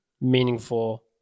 meaningful